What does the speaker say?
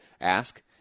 ask